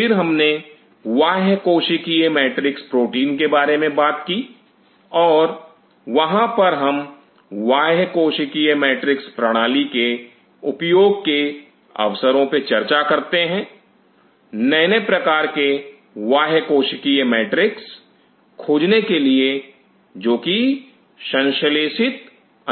फिर हमने बाह्य कोशिकीय मैट्रिक्स प्रोटीन के बारे में बात की और वहां पर हम बाह्य कोशिकीय मैट्रिक्स प्रणाली के उपयोग के अवसरों पर चर्चा करते हैं नए नए प्रकार के बाह्य कोशिकीय मैट्रिक्स खोजने के लिए जो कि संश्लेषित